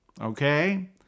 Okay